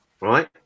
right